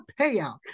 payout